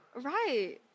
Right